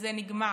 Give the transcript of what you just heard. וזה נגמר.